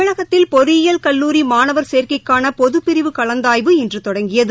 தமிழ்நாட்டில் பொறியியல் படிப்பு மாணவர் சேர்க்கைக்கான பொதுப் பிரிவு கலந்தாய்வு இன்று தொடங்கியது